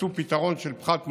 מצאו פתרון של פחת מואץ,